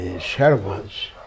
servants